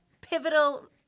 pivotal